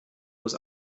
muss